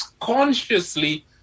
consciously